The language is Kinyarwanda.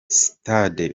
sitade